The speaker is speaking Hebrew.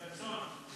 ברצון.